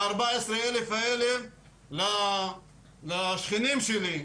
מהארבע עשרה אלף האלה לשכנים שלי,